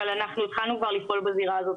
אבל אנחנו התחלנו לפעול בזירה הזאת,